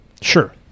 Sure